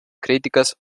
críticas